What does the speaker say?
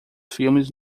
filmes